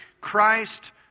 Christ